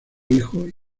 hijos